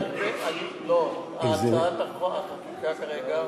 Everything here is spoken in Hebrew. ההצעה כרגע,